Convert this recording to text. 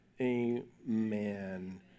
amen